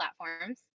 platforms